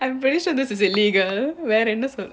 I'm very sure this is illegal வேறஎன்னசொல்லறது: veera enna solluradhu